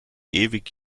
ewig